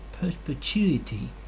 perpetuity